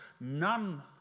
none